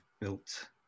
built